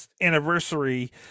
anniversary